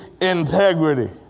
integrity